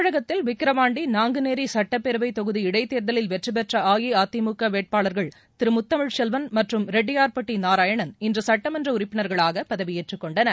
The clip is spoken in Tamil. தமிழகத்தில் வின்வாண்டி நாங்குநேரி சுட்டப்பேரவை தொகுதி இடைத்தேர்தலில் வெற்றி பெற்ற அஇஅதிமுக வேட்பாளர்கள் திரு முத்தமிழ் செல்வன் மற்றும் ரெட்டியார்பட்டி நாராயணன் இன்று சட்டமன்ற உறுப்பினர்களாக பதவியேற்றுக் கொண்டனர்